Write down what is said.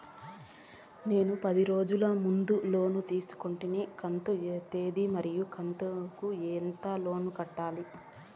నేను పది రోజుల ముందు లోను తీసుకొంటిని కంతు తేది మరియు కంతు కు ఎంత లోను కట్టాలి?